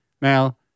Now